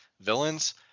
villains